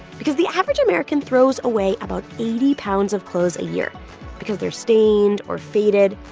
because the average american throws away about eighty pounds of clothes a year because they're stained or faded,